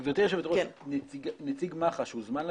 גברתי היושבת-ראש, נציג מח"ש הוזמן לדיון?